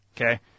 Okay